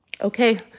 okay